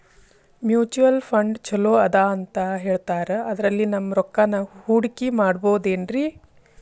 Mutual fund ಛಲೋ ಅದಾ ಅಂತಾ ಹೇಳ್ತಾರ ಅದ್ರಲ್ಲಿ ನಮ್ ರೊಕ್ಕನಾ ಹೂಡಕಿ ಮಾಡಬೋದೇನ್ರಿ?